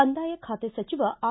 ಕಂದಾಯ ಖಾತೆ ಸಚಿವ ಆರ್